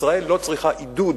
ישראל לא צריכה עידוד.